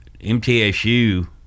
MTSU